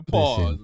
Pause